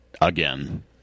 again